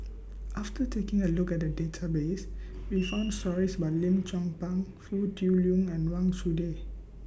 after taking A Look At The Database We found stories about Lim Chong Pang Foo Tui Liew and Wang Chunde